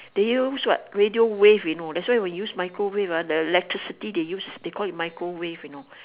they use what radio wave you know that's why when you use microwave ah the electricity they use they call it microwave you know